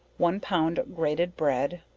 one pound grated bread,